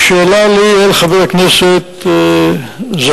שאלה לי אל חבר הכנסת זחאלקה.